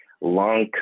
long